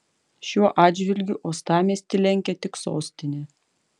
šiuo atžvilgiu uostamiestį lenkia tik sostinė